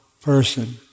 person